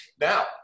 Now